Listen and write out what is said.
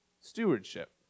stewardship